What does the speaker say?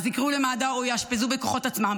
אז יקראו למד"א או יאשפזו בכוחות עצמם,